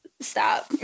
stop